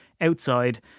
outside